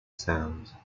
resound